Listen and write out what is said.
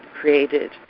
created